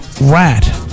rat